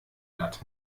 blatt